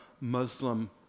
Muslim